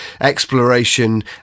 exploration